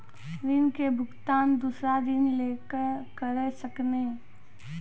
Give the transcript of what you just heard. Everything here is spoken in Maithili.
ऋण के भुगतान दूसरा ऋण लेके करऽ सकनी?